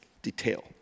Detail